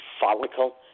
follicle